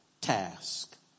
task